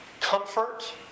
comfort